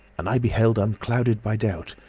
and i beheld, unclouded by doubt,